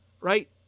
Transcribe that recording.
Right